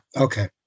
Okay